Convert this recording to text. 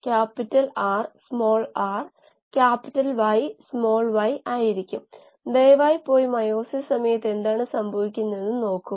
tank വ്യാസം കൊണ്ട് ഹരിച്ച DI ഇംപെല്ലർ വ്യാസം അറ്റം മുതൽ അറ്റം വരെ മൂന്നിലൊന്ന് ആയിരിക്കണം Di ഹരിക്കണം D 1 ഹരിക്കണം 3 ആയിരിക്കണം